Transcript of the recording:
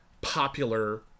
popular